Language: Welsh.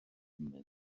meddai